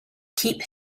keep